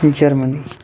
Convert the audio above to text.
Germany